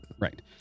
Right